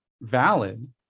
valid